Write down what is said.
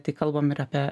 tai kalbam ir apie